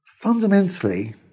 fundamentally